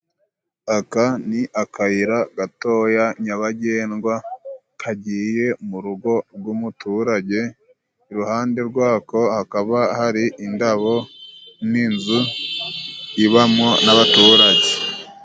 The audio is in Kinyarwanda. Aka ni akayira gatoya nyabagendwa kagiye mu rugo rw'umuturage, iruhande rwako hakaba hari indabo n'inzu ibamo n'abaturage.